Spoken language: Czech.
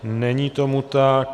Není tomu tak.